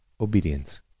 obedience